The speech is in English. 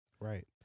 right